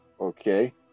Okay